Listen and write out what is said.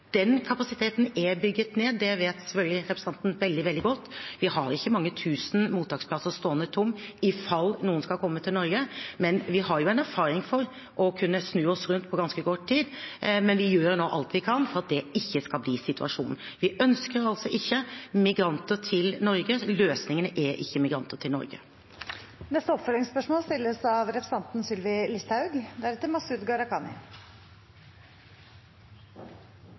Den kapasiteten er bygd ned, det vet selvfølgelig representanten veldig, veldig godt. Vi har ikke mange tusen mottaksplasser stående tomme i fall noen skal komme til Norge, men vi har erfaring for å kunne snu oss rundt på ganske kort tid, og vi gjør nå alt vi kan for at det ikke skal bli situasjonen. Vi ønsker altså ikke migranter til Norge. Løsningen er ikke migranter til Norge. Sylvi Listhaug – til oppfølgingsspørsmål. Jeg hører at statsråden først sier vi er godt forberedt, for deretter